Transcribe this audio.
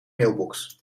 mailbox